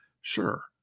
Sure